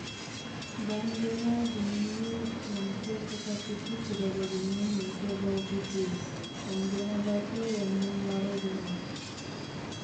bank gena gunyihi mansia soka pipi se daba gunyihi mansia bau pipi, anggena bato yang ngom waro gena.